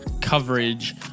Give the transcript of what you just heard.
coverage